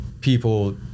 people